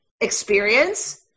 experience